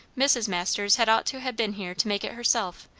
mrs. masters had ought to ha' been here to make it herself.